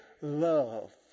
love